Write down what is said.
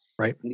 Right